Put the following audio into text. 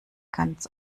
ganz